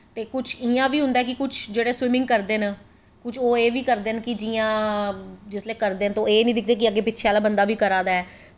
ते कुश इयां बी होंदा ऐ जियां कुश इयां स्विमिंग करदे न कुश एह् बी करदे न कि जियां एह् नी दिखदे कि अग्गैं पिच्छें आह्ला बंदा बी करा दा ऐ